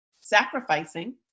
sacrificing